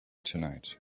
tonight